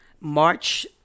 March